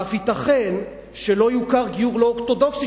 ואף ייתכן שלא יוכר גיור לא אורתודוקסי